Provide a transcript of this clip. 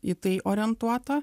į tai orientuota